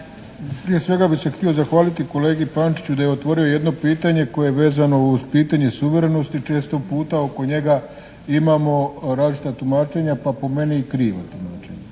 Prije svega bi se htio zahvaliti kolegi Pančiću da je otvorio jedno pitanje koje je vezano uz pitanje suverenosti. Često puta oko njega imamo različita tumačenja, pa po meni i kriva tumačenja.